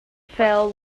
fell